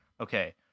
Okay